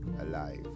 alive